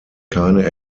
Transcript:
keine